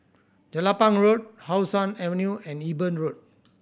Jelapang Road How Sun Avenue and Eben Road